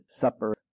supper